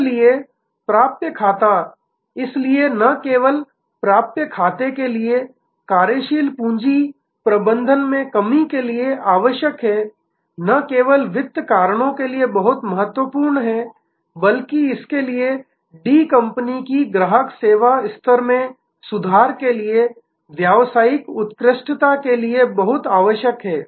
इसलिए प्राप्य खाता इसलिए न केवल प्राप्य के लिए कार्यशील पूंजी प्रबंधन में कमी के लिए आवश्यक है न केवल वित्त कारणों के लिए बहुत महत्वपूर्ण है बल्कि इसके लिए डी कंपनी की ग्राहक सेवा के सेवा स्तर में सुधार के लिए व्यावसायिक उत्कृष्टता के लिए बहुत आवश्यक है